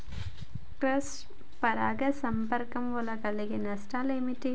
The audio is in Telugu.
క్రాస్ పరాగ సంపర్కం వల్ల కలిగే నష్టాలు ఏమిటి?